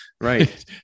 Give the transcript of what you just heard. right